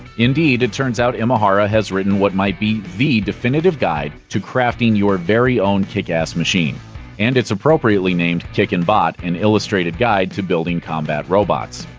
indeed, it turns out imahara has written what might be the definitive guide to crafting your very own kickass machine and it's appropriately named kickin' bot an illustrated guide to building combat robots.